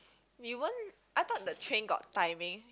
we weren't I thought the train got timing